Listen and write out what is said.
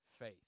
faith